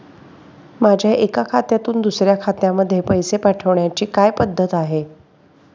माझ्या एका खात्यातून दुसऱ्या खात्यामध्ये पैसे पाठवण्याची काय पद्धत आहे?